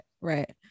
right